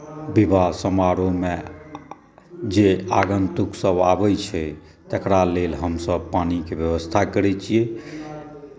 विवाह समारोहमे जे आगन्तुक सभ आबै छै तकरा लेल हमसभ पानिके व्यवस्था करै छी